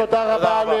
תודה רבה.